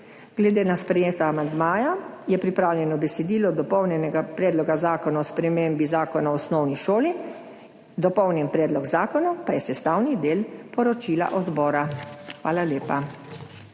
Glede na sprejeta amandmaja je pripravljeno besedilo dopolnjenega Predloga zakona o spremembi Zakona o osnovni šoli. Dopolnjeni predlog zakona pa je sestavni del poročila odbora. Hvala lepa.